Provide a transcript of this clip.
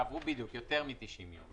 יותר מ-90 יום,